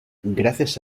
gracias